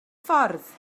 ffordd